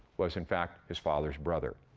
was in fact his father's brother.